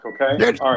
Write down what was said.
okay